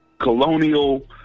colonial